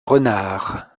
renard